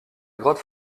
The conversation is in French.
grotte